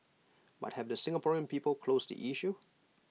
but have the Singaporean people closed the issue